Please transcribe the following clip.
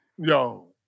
Yo